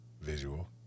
Visual